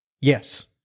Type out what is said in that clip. Yes